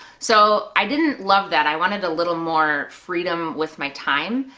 so i didn't love that, i wanted a little more freedom with my time,